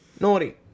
Naughty